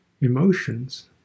emotions